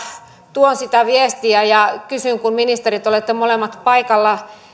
tuon sitä viestiä ja kysyn kun ministerit olette molemmat paikalla